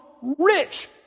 rich